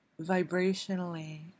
vibrationally